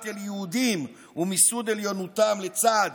דמוקרטיה ליהודים ומיסוד עליונותם לצד